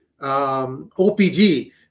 OPG